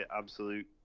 absolute